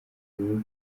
bihugu